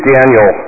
Daniel